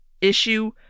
issue